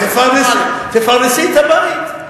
תפרנסי את הבית.